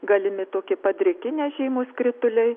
galimi tokie padriki nežymūs krituliai